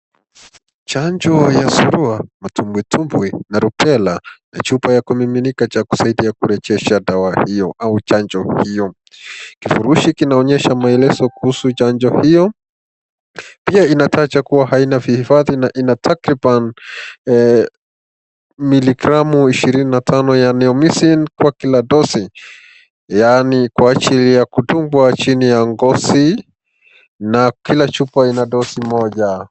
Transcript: Chanjo ya surua, matumbwitumbwi na rubella na chupa ya kumiminika ya kusaidia kurejesha dawa hiyo au chanjo hiyo. Kifurushi kinaonyesha maelezo kuhusu chanjo hio, pia inataja haina vihifadhi na ina takriban miligramu 25 ya Neomycin kwa kila dosage yaani kwa ajili ya kudungwa chini ya ngozi na kila chupa ina dosi moja.